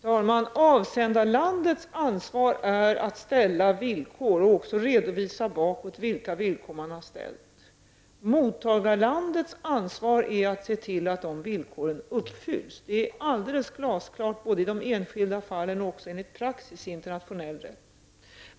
Fru talman! Avsändarlandets ansvar är att ställa villkor och även att redovisa vilka villkor man har ställt. Mottagarlandets ansvar är att se till att de villkoren uppfylls. Det är alldeles glasklart både i de enskilda fallen och enligt praxis i internationell rätt.